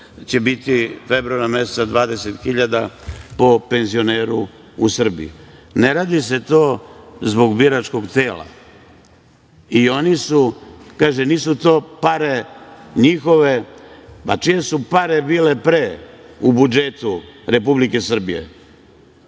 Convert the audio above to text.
će biti februara meseca 20.000 po penzioneru u Srbiji. Ne radi se to zbog biračkog tela. Oni su, kaže, nisu to pare njihove, a čije su pare bile pre u budžetu Republike Srbije?